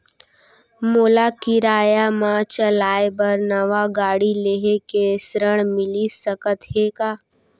मोला किराया मा चलाए बर नवा गाड़ी लेहे के ऋण मिलिस सकत हे का?